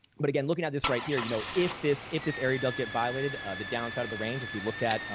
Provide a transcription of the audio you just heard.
but again, looking at this right here, you know, if this if this area does get violated, the downside of the range as we looked at,